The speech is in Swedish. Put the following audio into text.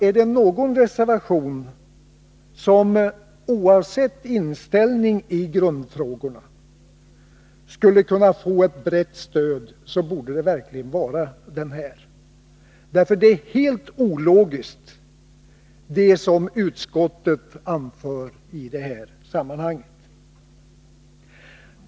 Är det någon reservation som skulle kunna få stöd av många oavsett inställning i grundfrågorna så är det den — det som utskottet i det här sammanhanget anför är helt ologiskt.